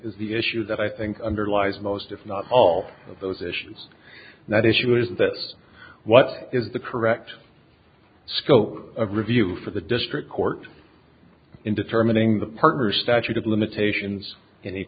is the issue that i think underlies most if not all of those issues that issue is that what is the correct scope of review for the district court in determining the partner's statute of limitations